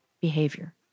behavior